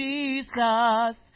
Jesus